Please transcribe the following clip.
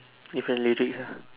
with the lyrics ah